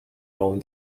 own